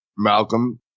Malcolm